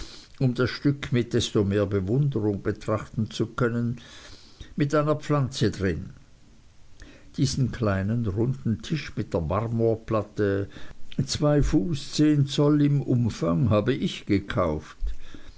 um das stück mit desto mehr bewunderung betrachten zu können mit einer pflanze drin diesen kleinen run den tisch mit der marmorplatte zwei fuß zehn zoll im umfang habe ich gekauft